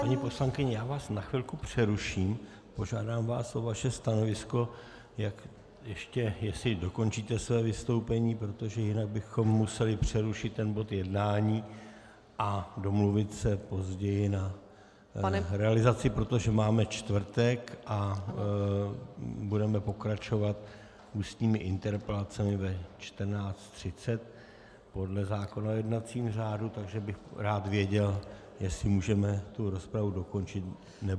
Paní poslankyně, já vás na chvilku přeruším, požádám vás o vaše stanovisko, jestli ještě dokončíte své vystoupení, protože jinak bychom museli přerušit ten bod jednání a domluvit se později na realizaci, protože máme čtvrtek a budeme pokračovat ústními interpelacemi ve 14.30 hodin podle zákona o jednacím řádu, takže bych rád věděl, jestli můžeme tu rozpravu dokončit nebo ne.